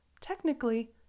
Technically